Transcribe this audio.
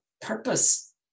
purpose